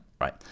right